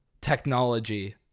technology